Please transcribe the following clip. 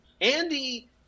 Andy